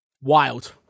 Wild